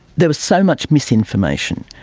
there was so much misinformation,